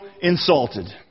insulted